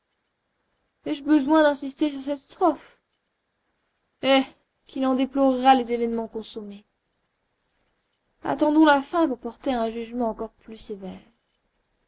ai-je besoin d'insister sur cette strophe eh qui n'en déplorera les événements consommés attendons la fin pour porter un jugement encore plus sévère